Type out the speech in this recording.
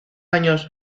años